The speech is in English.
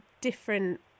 different